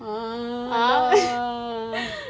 ah